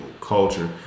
culture